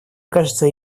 кажется